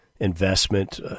investment